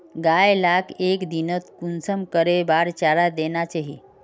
गाय लाक एक दिनोत कुंसम करे बार चारा देना चही?